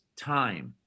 time